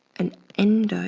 an endothermic